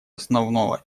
основного